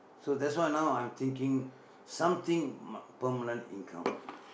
so that's why now I'm thinking something my permanent income